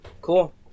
Cool